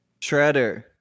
Shredder